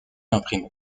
imprimé